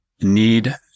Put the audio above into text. need